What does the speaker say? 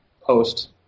post